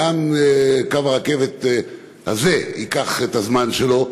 גם קו הרכבת הזה ייקח את הזמן שלו,